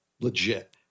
legit